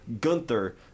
Gunther